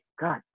God